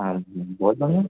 हाँ जी बहुत बढ़िया